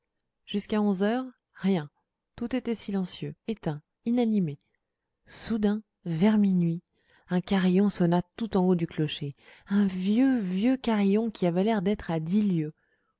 jusqu'à onze heures rien tout était silencieux éteint inanimé soudain vers minuit un carillon sonna tout en haut du clocher un vieux vieux carillon qui avait l'air d'être à dix lieues